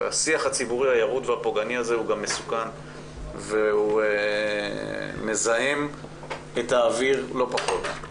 השיח הציבורי הירוד והפוגעני הזה גם מסוכן והוא מזהם את האוויר לא פחות.